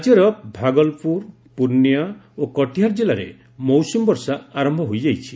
ରାଜ୍ୟର ଭାଗଲପୁର ପୁର୍ଣ୍ଣିଆ ଓ କଟିହାର ଜିଲ୍ଲାରେ ମୌସୁମୀ ବର୍ଷା ଆରମ୍ଭ ହୋଇଯାଇଛି